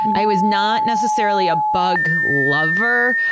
i was not necessarily a bug lover,